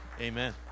Amen